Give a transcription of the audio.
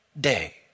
day